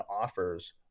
offers